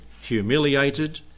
humiliated